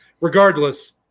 Regardless